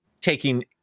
taking